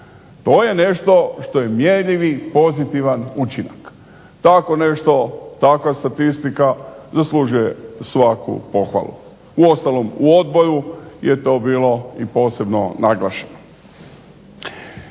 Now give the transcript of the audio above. To je nešto što je mjerljivi pozitivan učinak. Tako nešto takva statistika zaslužuje svaku pohvalu. Uostalom u odboru je to bilo posebno naglašeno.